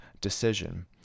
decision